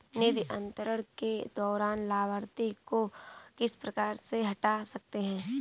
निधि अंतरण के दौरान लाभार्थी को किस प्रकार से हटा सकते हैं?